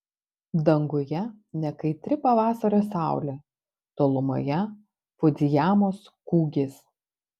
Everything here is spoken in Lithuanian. danguje nekaitri pavasario saulė tolumoje fudzijamos kūgis